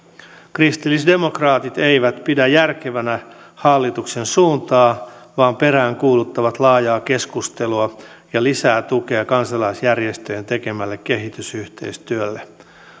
kristillisdemokraatit eivät pidä järkevänä hallituksen suuntaa vaan peräänkuuluttavat laajaa keskustelua ja lisää tukea kansalaisjärjestöjen tekemälle kehitysyhteistyölle